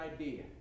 idea